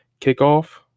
kickoff